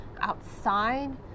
outside